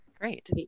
Great